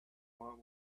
want